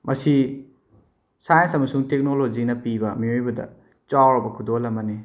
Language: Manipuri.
ꯃꯁꯤ ꯁꯥꯏꯟꯁ ꯑꯃꯁꯨꯡ ꯇꯦꯛꯅꯣꯂꯣꯖꯤꯅ ꯄꯤꯕ ꯃꯤꯑꯣꯏꯕꯗ ꯆꯥꯎꯔꯕ ꯈꯨꯗꯣꯜ ꯑꯃꯅꯤ